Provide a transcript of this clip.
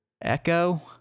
echo